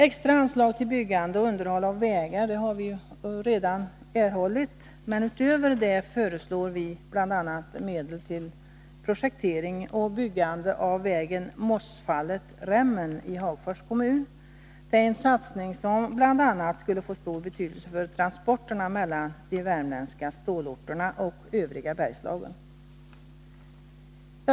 Extra anslag till byggande och underhåll av vägar har vi redan erhållit, men utöver det föreslår vi bl.a. medel till projektering och byggande av vägen Mossfallet-Rämmen i Hagfors kommun. Det är en satsning som bl.a. skulle få stor betydelse för transporterna mellan de värmländska stålorterna och övriga Bergslagen.